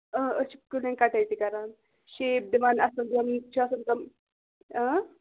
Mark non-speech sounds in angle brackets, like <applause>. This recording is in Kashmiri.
اۭں أسۍ چھِ کُلٮ۪ن کَٹٲے تہِ کَران شیپ دِوان اَصٕل <unintelligible> چھِ آسان تِم اۭں